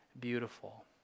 beautiful